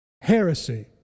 heresy